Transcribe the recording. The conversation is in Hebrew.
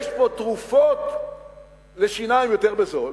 יש פה תרופות לשיניים יותר בזול,